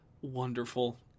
wonderful